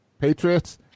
Patriots